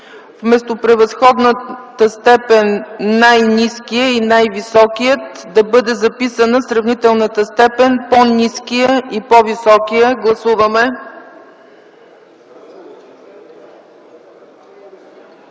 вместо превъзходната степен „най-ниския”, „най-високия” да бъде записана сравнителната степен „по-ниския” и „по-високия”. Моля, гласувайте.